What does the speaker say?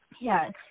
Yes